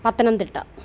Pathanamthitta